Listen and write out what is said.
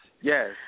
Yes